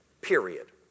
Period